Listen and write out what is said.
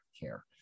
care